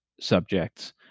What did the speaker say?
subjects